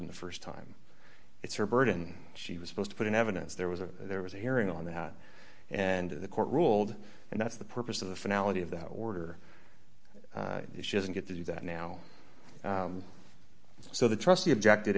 n the st time it's her burden she was supposed to put in evidence there was a there was a hearing on that and the court ruled and that's the purpose of the finale of the order she doesn't get to do that now so the trustee objected